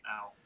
now